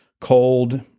cold